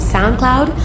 SoundCloud